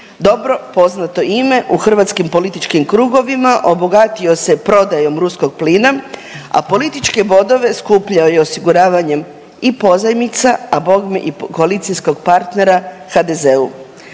Dobro poznato ime u hrvatskim političkim krugovima, obogatio se prodajom ruskog plina, a političke bodove skupljao je osiguravanjem i pozajmica, a bogme i koalicijskog partnera HDZ-u.